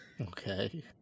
Okay